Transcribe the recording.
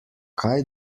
kaj